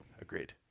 Agreed